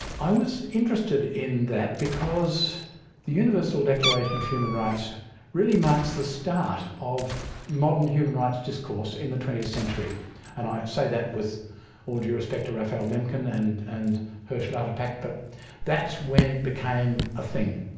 i was interested in that because the universal declaration of human rights really marks the start of modern human rights discourse in the twentieth century and i say that with all due respect to raphael lemkin and and hersch lauderpact but that's when it became a thing.